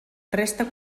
resta